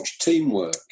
teamwork